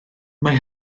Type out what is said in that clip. mae